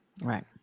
Right